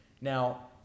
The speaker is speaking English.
Now